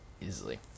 easily